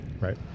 Right